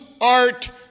art